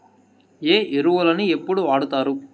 ఏ ఎరువులని ఎప్పుడు వాడుతారు?